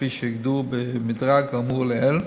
כפי שהוגדרו במדרג האמור לעיל,